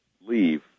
leave